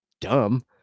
dumb